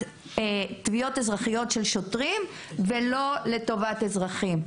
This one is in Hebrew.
תביעות אזרחיות של שוטרים ולא לטובת האזרחים.